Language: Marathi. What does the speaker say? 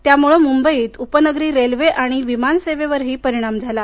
त्यामुळे मुंबईत उपनगरी रेल्वे आणि विमानसेवेवरही परिणाम झाला